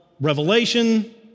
revelation